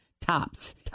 Tops